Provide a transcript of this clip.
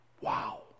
Wow